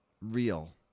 real